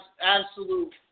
absolute